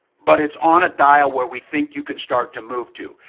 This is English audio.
but it's on a dial where we think you can start to move to.